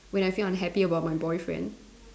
when I feel unhappy about my boyfriend